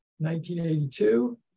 1982